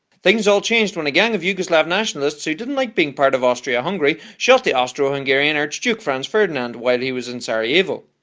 things all changed when a gang of yugoslav nationalists who didn't like being part of austria-hungary shot the austro-hungarian archduke franz ferdinand while he was in sarajevo.